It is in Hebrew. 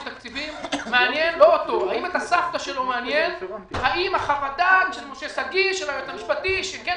תקציבים מעניין האם חוות דעת של משה שגיא עברה,